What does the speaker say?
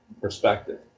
perspective